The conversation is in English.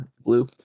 blue